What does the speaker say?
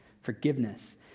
forgiveness